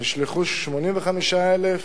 נשלחו 85,000,